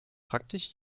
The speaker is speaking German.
praktisch